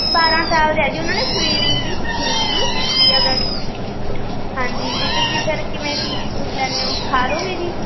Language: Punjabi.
ਬਾਰਾ ਸਾਲ ਦਾ ਹੈ ਜੀ ਉਹਨਾਂ ਨੇ ਸਵੀਵਿੰਗ ਵੀ ਸਿੱਖਣੀ ਸੀਗੀ ਵੀ ਅਗਰ ਹਾਂਜੀ ਵੀ ਤੁਸੀਂ ਸਰ ਕਿਵੇਂ ਫੀਸ ਫੂਸ ਲੈਂਦੇ ਹੋ ਸਿਖਾ ਦੋਂਗੇ ਜੀ